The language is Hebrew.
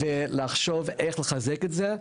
לחשוב איך לחזק את זה,